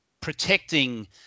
protecting